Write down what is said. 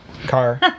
car